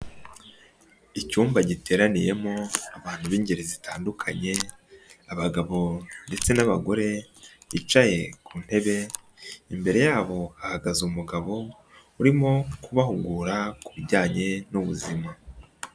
Icyumba giteraniyemo abantu b'ingeri zitandukanye abagabo ndetse n'abagore bicaye ku ntebe, imbere yabo hahagaze umugabo, urimo kubahugura ku bijyanye n'ubuzima.